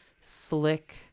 slick